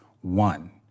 one